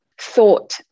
thought